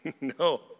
No